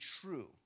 true